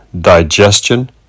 digestion